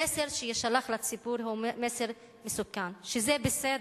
המסר שיישלח לציבור הוא מסר מסוכן, שזה בסדר,